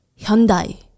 Hyundai